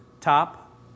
top